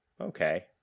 okay